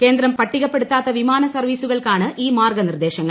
കേന്ദ്രം പട്ടികപ്പെടു ത്താത്ത വിമാന സർവ്വീസുകൾക്കാണ് ഈ മാർഗ്ഗ നിർദ്ദേശങ്ങൾ